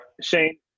Shane